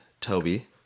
Toby